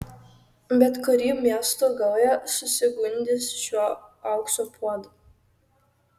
bet kuri miesto gauja susigundys šiuo aukso puodu